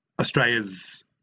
Australia's